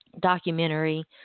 documentary